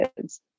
kids